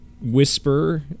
whisper